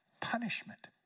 punishment